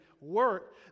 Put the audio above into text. work